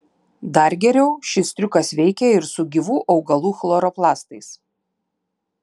dar geriau šis triukas veikia ir su gyvų augalų chloroplastais